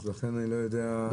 צרכנים,